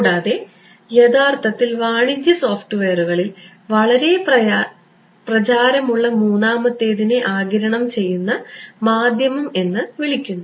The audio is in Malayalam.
കൂടാതെ യഥാർത്ഥത്തിൽ വാണിജ്യ സോഫ്റ്റ്വെയറുകളിൽ വളരെ പ്രചാരമുള്ള മൂന്നാമത്തേതിനെ ആഗിരണം ചെയ്യുന്ന മാധ്യമം എന്ന് വിളിക്കുന്നു